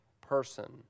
person